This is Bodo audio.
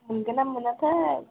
मोनगोन ना मोनाथाय